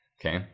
okay